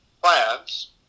plans